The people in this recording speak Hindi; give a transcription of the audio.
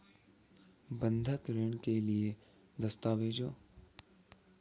बंधक ऋण के लिए किन दस्तावेज़ों की आवश्यकता होगी?